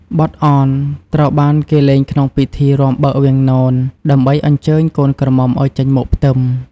បទអន ត្រូវបានគេលេងក្នុងពិធីរាំបើកវាំងនន ដើម្បីអញ្ជើញកូនក្រមុំឱ្យចេញមកផ្ទឹម។